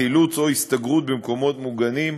חילוץ או הסתגרות במקומות מוגנים,